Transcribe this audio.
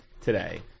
today